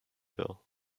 bill